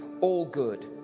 all-good